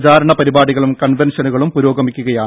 പ്രചാരണ പരിപാടികളും കൺവെൻഷനുകളും പുരോഗമിക്കുകയാണ്